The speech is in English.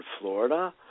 Florida